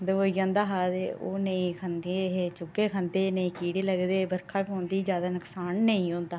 दबोई जंदा हा ते ओह् नेईं खंदे हे चूहे खंदे नेईं कीड़े लगदे हे बर्खा पौंदी ही ज्यादा नुक्सान नेईं हुंदा हा